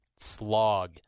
slog